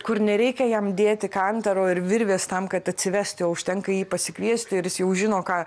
kur nereikia jam dėti kantarų ir virvės tam kad atsivesti o užtenka jį pasikviesti ir jis jau žino ką